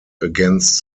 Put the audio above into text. against